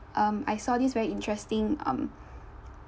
um I saw this very interesting um